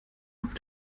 auf